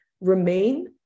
remain